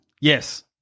Yes